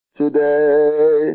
today